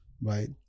right